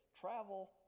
travel